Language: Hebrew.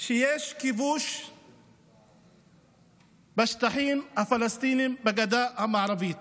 שיש כיבוש בשטחים הפלסטיניים בגדה המערבית,